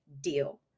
deal